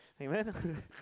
Amen